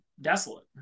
desolate